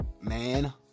man